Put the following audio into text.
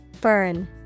Burn